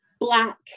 black